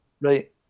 Right